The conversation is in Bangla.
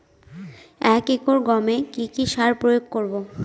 এক একর গমে কি কী সার প্রয়োগ করব?